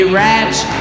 rats